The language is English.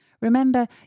Remember